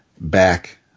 back